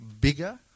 bigger